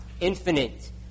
infinite